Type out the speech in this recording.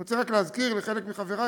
אני רוצה רק להזכיר לחלק מחברי,